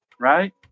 right